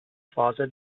phase